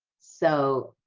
so,